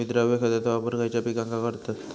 विद्राव्य खताचो वापर खयच्या पिकांका करतत?